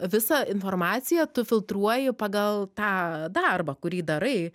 visą informaciją tu filtruoji pagal tą darbą kurį darai